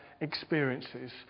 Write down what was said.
experiences